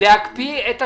- להקפיא את השומות?